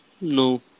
No